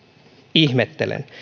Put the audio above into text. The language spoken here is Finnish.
ihmettelen